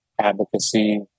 advocacy